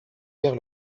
guère